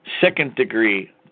second-degree